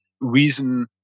reason